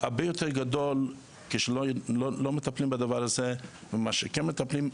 הרבה יותר גדול כשלא מטפלים בדבר הזה ממה שכן מטפלים.